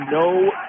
no